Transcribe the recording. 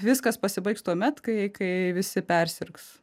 viskas pasibaigs tuomet kai kai visi persirgs